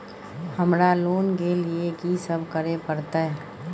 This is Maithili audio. हमरा लोन के लिए की सब करे परतै?